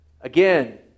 again